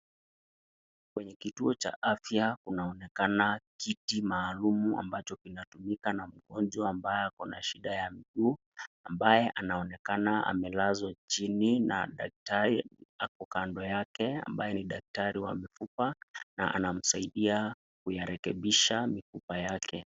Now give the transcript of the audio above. Kwenye kituo cha afya kunaonekana kiti maalum ambacho kinatumika na mgonjwa ako na shida ya miguu ambaye anaonekana amelazwa chini na daktari ako kando yake ambaye ni daktari wa mifupa na anamsaidia kuya rekebisha mifupa yake.